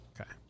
Okay